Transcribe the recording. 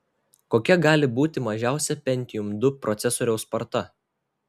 kokia gali būti mažiausia pentium ii procesoriaus sparta